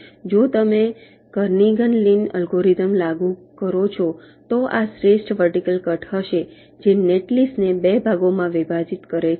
જો તમે Kernighan Lin algorithm લાગુ કરો છો તો આ શ્રેષ્ઠ વર્ટિકલ કટ હશે જે નેટલિસ્ટને 2 ભાગોમાં વિભાજિત કરે છે